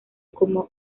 como